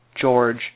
George